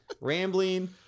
rambling